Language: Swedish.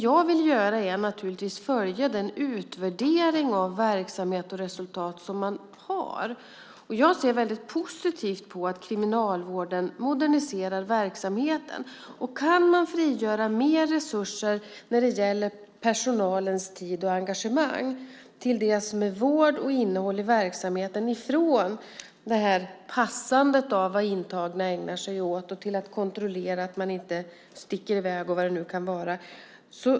Jag vill följa den utvärdering av verksamhet och resultat som man har. Jag ser väldigt positivt på att Kriminalvården moderniserar verksamheten. Jag är väldigt glad om man kan frigöra mer resurser i fråga om personalens tid och engagemang till det som är vård och innehåll i verksamheten från passandet av vad intagna ägnar sig åt och att kontrollera att de inte sticker iväg eller vad det nu kan vara.